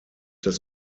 das